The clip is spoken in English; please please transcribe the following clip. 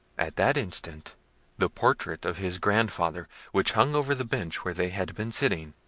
at that instant the portrait of his grandfather, which hung over the bench where they had been sitting,